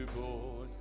boy